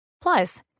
Plus